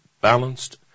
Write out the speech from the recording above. balanced